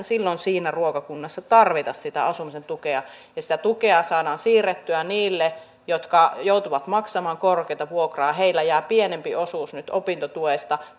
silloin siinä ruokakunnassa tarvita sitä asumisen tukea ja sitä tukea saadaan siirrettyä niille jotka joutuvat maksamaan korkeaa vuokraa heillä jää pienempi osuus nyt opintotuesta